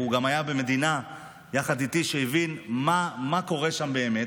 הוא גם היה במדינה יחד איתי והבין מה קורה שם באמת,